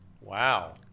Wow